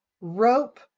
rope